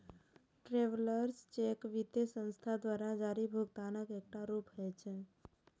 travellers cheque वित्तीय संस्थान द्वारा जारी भुगतानक एकटा रूप होइ छै